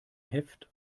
heft